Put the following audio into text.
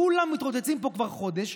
כולם מתרוצצים פה כבר חודש,